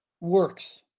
Works